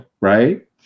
Right